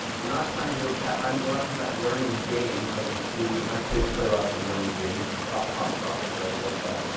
we're not trying to, um we're not talking about learning games like you see. my kids play lots of learning games. top, pop, tropic ah they love that.